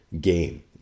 game